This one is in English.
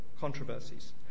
controversies